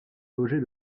loger